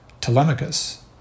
Telemachus